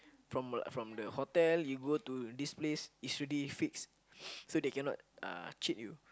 from the from the hotel you go to this place is already fixed so they cannot uh cheat you